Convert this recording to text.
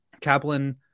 Kaplan